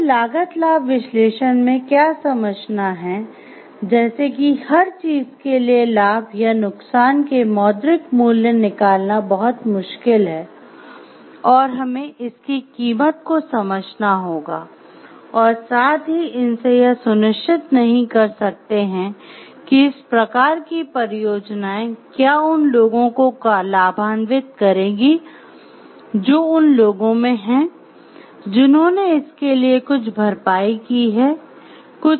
हमें लागत लाभ विश्लेषण में क्या समझना है जैसे कि हर चीज के लिए लाभ या नुकसान के "मौद्रिक मूल्य" निकालना बहुत मुश्किल है और हमें इसकी कीमत को समझना होगा और साथ ही इनसे यह सुनिश्चित नहीं कर सकते हैं कि इस प्रकार की परियोजनाएं क्या उन लोगों को लाभान्वित करेंगी जो उन लोगों में हैं जिन्होंने इसके लिए कुछ भरपाई की है कुछ खोया हैं